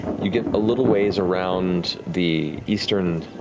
you get a little ways around the eastern,